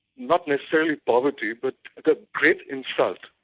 not necessarily poverty but the great insult,